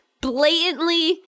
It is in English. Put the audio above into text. blatantly